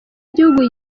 gihugu